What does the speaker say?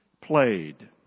played